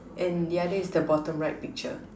and the other is the bottom right picture